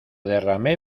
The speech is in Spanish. derramé